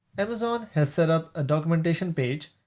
amazon has set up a documentation page,